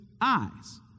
eyes